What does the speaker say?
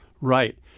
Right